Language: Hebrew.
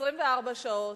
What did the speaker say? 24 שעות,